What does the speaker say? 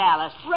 Alice